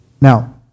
Now